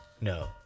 No